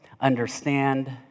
understand